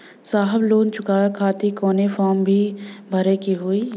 साहब लोन चुकावे खातिर कवनो फार्म भी भरे के होइ?